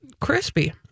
crispy